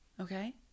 Okay